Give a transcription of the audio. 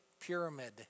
Pyramid